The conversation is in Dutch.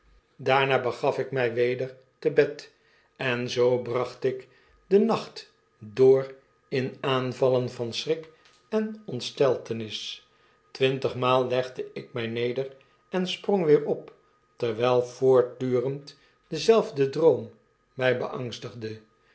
daana begaf ik mg weder te bed en zoo bracht ik den nacht door in aanvallen van schrik en ontsteltenis twintigmaal legde ik my neder en sprong weer op terwgl voortdurend dezelfde droom my beangstigde